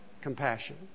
compassion